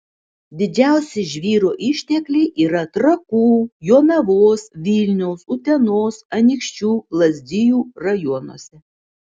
didžiausi žvyro ištekliai yra trakų jonavos vilniaus utenos anykščių lazdijų rajonuose